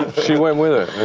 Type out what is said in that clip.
she went with it.